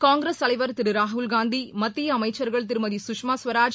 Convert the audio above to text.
காங்கிரஸ் தலைவர் திரு ராகுல் காந்தி மத்திய அமைச்சர்கள் திருமதி கஷ்மா கவராஜ